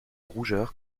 rougeur